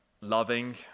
loving